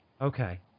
Okay